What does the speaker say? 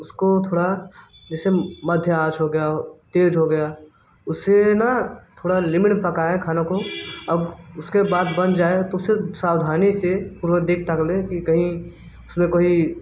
उसको थोड़ा जैसे मध्य आँच हो गया हो तेज़ हो गया उससे न थोड़ा लिमिट में पकाए खानों को अब उसके बाद बन जाए तो उसे सावधानी से पूर्व देख दाख लें कि कहीं उसमें कोई